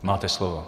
Máte slovo.